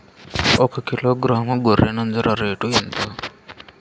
ఒకకిలో గ్రాము గొర్రె నంజర రేటు ఎంత?